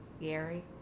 Gary